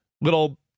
little